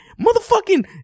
motherfucking